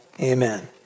Amen